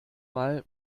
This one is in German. mal